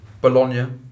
Bologna